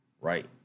right